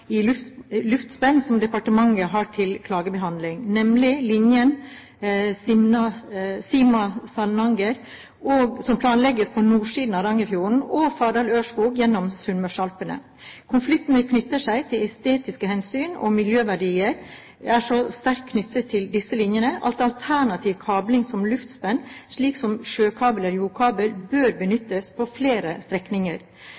som departementet har til klagebehandling, nemlig linjen Sima–Samnanger, som planlegges på nordsiden av Hardangerfjorden, og Fardal–Ørskog gjennom Sunnmørsalpene. Konfliktene knyttet til estetiske hensyn og miljøverdier er så sterke knyttet til disse linjene at alternativ kabling til luftspenn, slik som sjøkabel eller jordkabel, bør